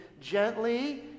gently